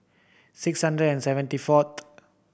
six hundred and seventy fourth